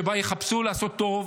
שבה יחפשו לעשות טוב